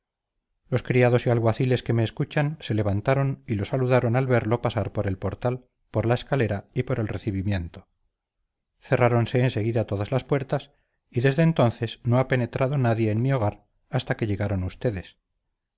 los criados y alguaciles que me escuchan se levantaron y lo saludaron al verlo pasar por el portal por la escalera y por el recibimiento cerráronse en seguida todas las puertas y desde entonces no ha penetrado nadie en mi hogar hasta que llegaron ustedes